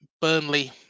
Burnley